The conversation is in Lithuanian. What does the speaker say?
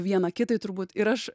viena kitai turbūt ir aš